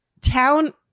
Town